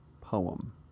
poem